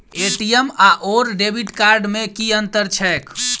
ATM आओर debit card मे की अंतर छैक?